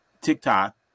TikTok